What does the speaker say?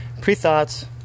Pre-thoughts